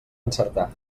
encertar